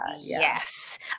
Yes